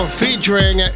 featuring